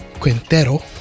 Quintero